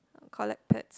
collect pads